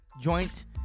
joint